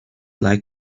like